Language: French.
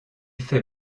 fait